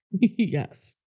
Yes